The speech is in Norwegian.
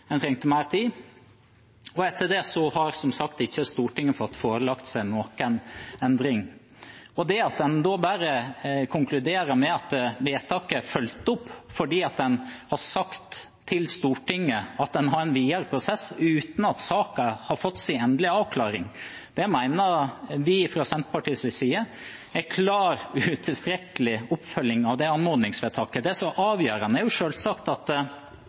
trengte mer tid, og etter det har som sagt ikke Stortinget fått seg forelagt noen endring. Det at man da bare konkluderer med at vedtaket er fulgt opp, fordi man har sagt til Stortinget at man har en videre prosess, uten at saken har fått sin endelige avklaring, mener vi fra Senterpartiets side klart er utilstrekkelig oppfølging av det anmodningsvedtaket. Det som er avgjørende, er jo selvsagt at